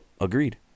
Agreed